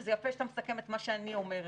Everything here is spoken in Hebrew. וזה יפה שאתה מסכם את מה שאני אומרת.